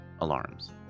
alarms